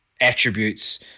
attributes